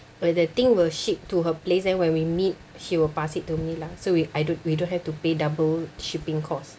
uh the thing will ship to her place then when we meet she will pass it to me lah so we I don't we don't have to pay double shipping cost